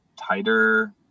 tighter